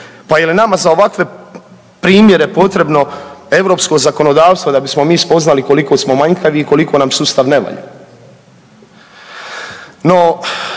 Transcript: Pa je li nama za ovakve primjere potrebno europsko zakonodavstvo da bismo mi spoznali koliko smo manjkavi i koliko nam sustav ne valja?